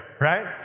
right